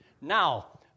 Now